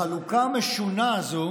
החלוקה המשונה הזו